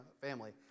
family